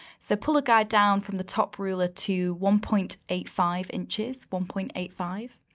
so pull a guide down from the top ruler to one point eight five inches. one point eight five,